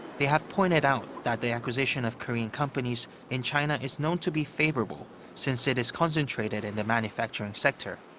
they have pointed out that the acquisition of korean companies in china is known to be favorable since it is concentrated in the manufacturing sector,